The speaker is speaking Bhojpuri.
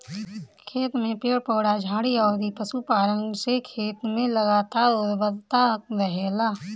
खेत में पेड़ पौधा, झाड़ी अउरी पशुपालन से खेत में लगातार उर्वरता रहेला